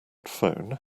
phone